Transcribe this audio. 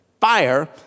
fire